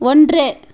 ஒன்று